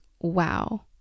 wow